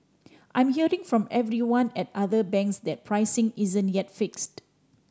I'm hearing from everyone at other banks that pricing isn't yet fixed